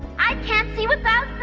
i can't see without them.